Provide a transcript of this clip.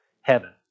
heaven